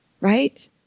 right